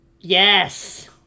Yes